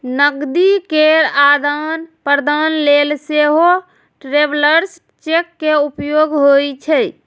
नकदी केर आदान प्रदान लेल सेहो ट्रैवलर्स चेक के उपयोग होइ छै